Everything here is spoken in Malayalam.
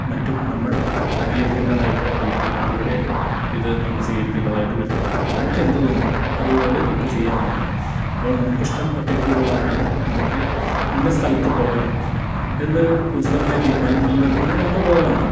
മറ്റും നമ്മൾ അംഗീകരിക്കേണ്ടതായിട്ടോ അല്ലെങ്കിൽ അവരുടെ ഇത് നമ്മൾ സ്വീകരിക്കേണ്ടതായിട്ടോ വരുന്നില്ല നമുക്ക് എന്ത് തോന്നുന്നു അതുപോലെ നമുക്ക് ചെയ്യാവുന്നതാണ് ഇപ്പോൾ നമുക്ക് ഇഷ്ടം ഒറ്റയ്ക്ക് പോകുവാനാണ് നമുക്ക് ഇന്ന സ്ഥലത്ത് പോകണം എന്ന ഒരു ഉചിതമായ തീരുമാനം നമ്മൾ എടുക്കുകയാണെങ്കിൽ നമുക്ക് പോകാവുന്നതാണ്